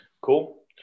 cool